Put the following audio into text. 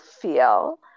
feel